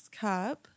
cup